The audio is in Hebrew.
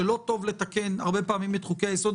שלא טוב לתקן הרבה פעמים את חוקי-היסוד,